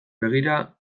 begira